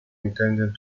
intended